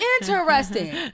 interesting